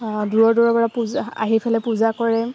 দূৰ দূৰৰপৰা পূজা আহি পেলাই পূজা কৰে